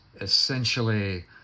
essentially